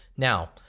Now